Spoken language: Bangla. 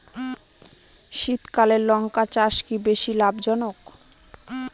শীতকালে লঙ্কা চাষ কি বেশী লাভজনক?